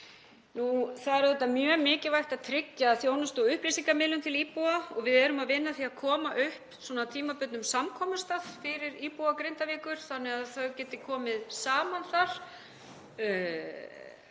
auðvitað mjög mikilvægt að tryggja þjónustu og upplýsingamiðlun til íbúa og við erum að vinna að því að koma upp tímabundnum samkomustað fyrir íbúa Grindavíkur þannig að þau geti komið saman þar,